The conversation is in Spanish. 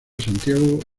santiago